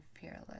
fearless